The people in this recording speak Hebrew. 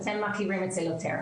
אתם מכירים את זה יותר,